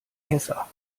tessa